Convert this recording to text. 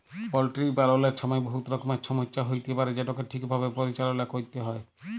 poultry পাললের ছময় বহুত রকমের ছমচ্যা হ্যইতে পারে যেটকে ঠিকভাবে পরিচাললা ক্যইরতে হ্যয়